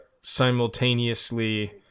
simultaneously